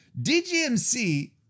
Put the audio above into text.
DGMC